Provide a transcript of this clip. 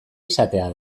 esatea